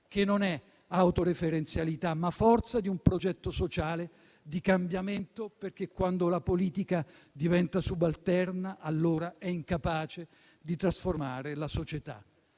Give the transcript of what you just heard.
che non è autoreferenzialità, ma forza di un progetto sociale di cambiamento, perché quando la politica diventa subalterna allora è incapace di trasformare la società.